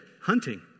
hunting